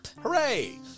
Hooray